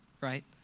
right